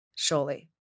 Surely